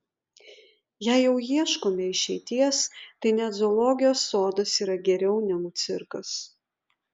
jei jau ieškome išeities tai net zoologijos sodas yra geriau negu cirkas